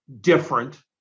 different